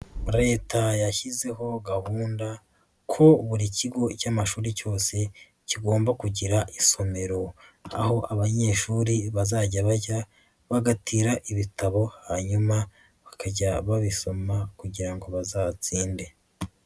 Let yashyizeho gahunda ko buri kigo cy'amashuri cyose kigomba kugira isomero, aho abanyeshuri bazajya bajya bagatira ibitabo hanyuma bakajya babisoma kugira ngo bazatsinde.